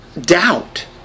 doubt